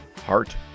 heart